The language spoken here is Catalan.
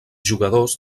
jugadors